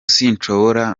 sinshobora